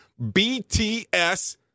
BTS